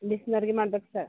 ಡಿಸ್ನವ್ರ್ಗೆ ಮಾಡ್ಬೇಕಾ ಸರ್